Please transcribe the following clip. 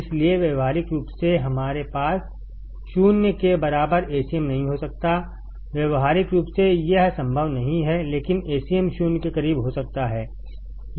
इसलिए व्यावहारिक रूप से हमारे पास0 के बराबरAcm नहीं हो सकता हैव्यावहारिक रूप से यह संभव नहीं है लेकिन Acm0 के करीब हो सकता है